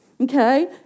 Okay